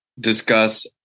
discuss